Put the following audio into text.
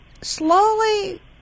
slowly